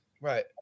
Right